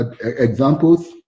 examples